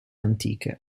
antiche